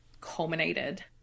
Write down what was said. culminated